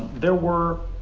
there were.